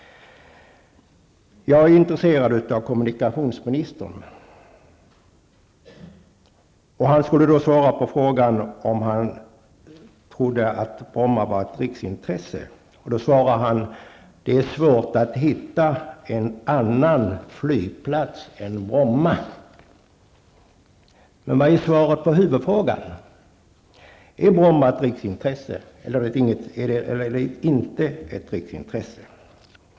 Jag är intresserad av kommunikationsministerns åsikt. Han skulle svara på frågan om han ansåg att Bromma flygplats är ett riksintresse. Då svarade han: Det är svårt att hitta en annan flygplats än Bromma. Men vad är svaret på huvudfrågan? Är Bromma flygplats ett riksintresse, eller är det inte ett riksintresse?